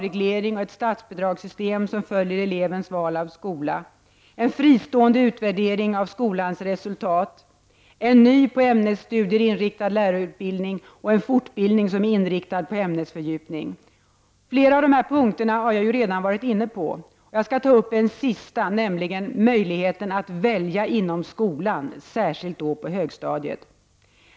—- En ny, på ämnesstudier inriktad lärarutbildning, och en fortbildning som är inriktad på ämnesfördjupning. Flera av dessa punkter har jag redan varit inne på, och jag skall ta upp en sista, nämligen möjligheten att välja inom skolan, särskilt på högstadiet.